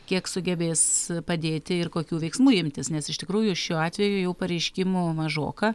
kiek sugebės padėti ir kokių veiksmų imtis nes iš tikrųjų šiuo atveju jau pareiškimų mažoka